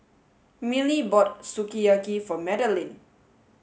Millie bought Sukiyaki for Madilyn